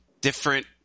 different